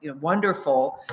wonderful